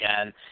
again